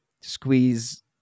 squeeze